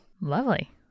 Lovely